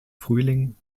frühling